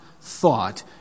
thought